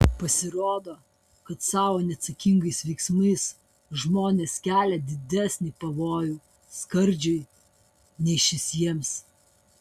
pasirodo kad savo neatsakingais veiksmais žmonės kelia didesnį pavojų skardžiui nei šis jiems